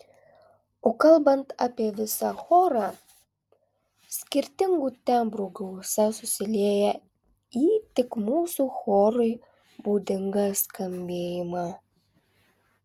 o kalbant apie visą chorą skirtingų tembrų gausa susilieja į tik mūsų chorui būdingą skambėjimą